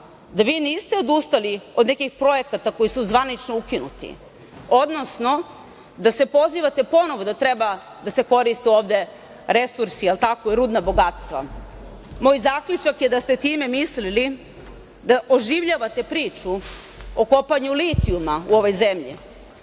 da vi niste odustali od nekih projekata koji su zvanično ukinuti, odnosno da se pozivate ponovo da treba da se koriste ovde resursi i rudna bogatstva. Moj zaključak je da ste time mislili da oživljavate priču o kopanju litijuma u ovoj zemlji. Vi